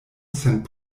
sen